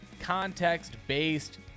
context-based